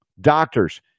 Doctors